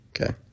Okay